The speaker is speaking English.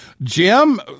Jim